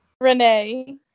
Renee